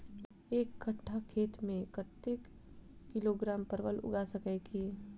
एक कट्ठा खेत मे कत्ते किलोग्राम परवल उगा सकय की??